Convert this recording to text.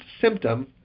symptom